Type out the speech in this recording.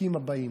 לחוקים הבאים.